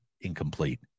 Incomplete